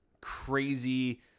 crazy